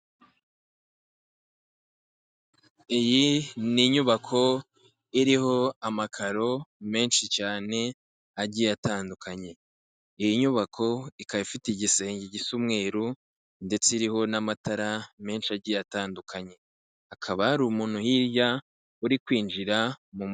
Iyi ni inyubako iriho amakaro menshi cyane agiye atandukanye. Iyi nyubako ikaba ifite igisenge gisa umweruru ndetse iriho n'amatara menshi agiye atandukanye. Akaba hari umuntu hirya uri kwinjira mu mujyi.